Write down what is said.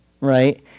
right